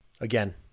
Again